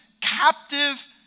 captive